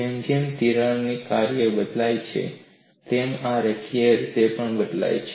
જેમ જેમ તિરાડની લંબાઈ બદલાય છે તેમ આ રેખીય રીતે બદલાય છે